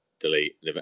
delete